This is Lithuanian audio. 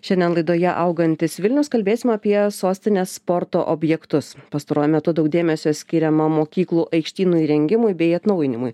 šiandien laidoje augantis vilniaus kalbėsim apie sostinės sporto objektus pastaruoju metu daug dėmesio skiriama mokyklų aikštynų įrengimui bei atnaujinimui